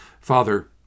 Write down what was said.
Father